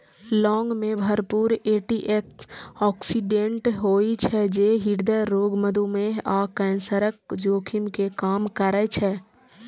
लौंग मे भरपूर एटी ऑक्सिडेंट होइ छै, जे हृदय रोग, मधुमेह आ कैंसरक जोखिम कें कम करै छै